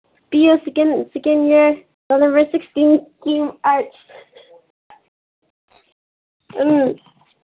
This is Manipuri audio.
B A second second year November sixteen stream arts um